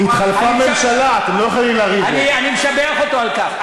זה בסדר, אני משבח אותו על כך.